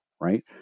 right